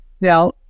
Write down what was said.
Now